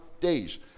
days